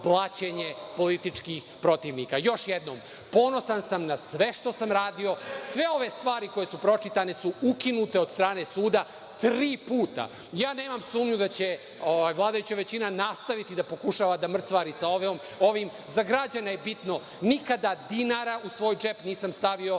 političkih protivnika. Još jednom, ponosan sam na sve što sam radio. Sve ove stvari koje su pročitane su ukinute od strane suda, tri puta. Nema sumnju da će vladajuća većina nastaviti da pokušava da mrcvari sa ovim. Za građane je bitno, nikada dinara u svoj džep nisam stavio,